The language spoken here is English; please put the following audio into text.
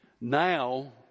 Now